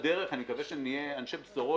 בדרך אני מקווה שנהיה אנשי בשורות